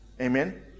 amen